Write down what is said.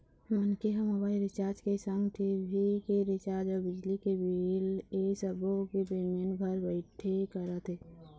मनखे ह mobile recharge के संग टी.भी के रिचार्ज अउ बिजली के बिल ऐ सब्बो के पेमेंट घर बइठे करत हे